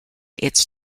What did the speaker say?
its